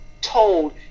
told